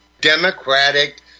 Democratic